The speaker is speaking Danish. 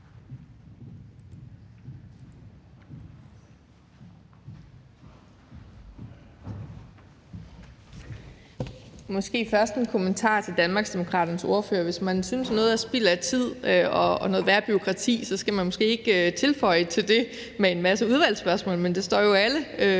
(SF): Først en kommentar til Danmarksdemokraternes ordfører: Hvis man synes, noget er spild af tid og noget være bureaukrati, skal man måske ikke tilføje til det med en masse udvalgsspørgsmål. Men det står jo alle